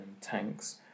tanks